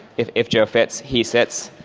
if if joe fitz, he sitz.